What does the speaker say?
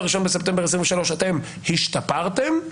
הזו אתם השתפרתם,